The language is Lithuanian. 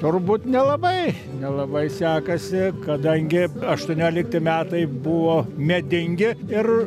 turbūt nelabai nelabai sekasi kadangi aštuoniolikti metai buvo medingi ir